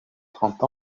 trente